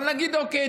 אבל נגיד: אוקיי,